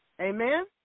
Amen